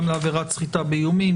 גם לעבירת סחיטה באיומים.